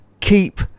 keep